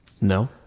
No